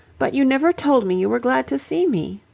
but you never told me you were glad to see me.